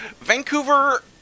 Vancouver